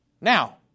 Now